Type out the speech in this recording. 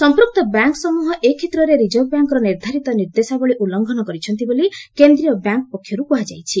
ସମ୍ପୁକ୍ତ ବ୍ୟାଙ୍କ୍ସମୃହ ଏ କ୍ଷେତ୍ରରେ ରିଜର୍ଭ ବ୍ୟାଙ୍କ୍ର ନିର୍ଦ୍ଧାରିତ ନିର୍ଦ୍ଦେଶାବଳୀ ଉଲ୍ଲ୍ଙ୍ଘନ କରିଛନ୍ତି ବୋଲି କେନ୍ଦ୍ରୀୟ ବ୍ୟାଙ୍କ୍ ପକ୍ଷରୁ କୁହାଯାଇଛି